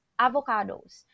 avocados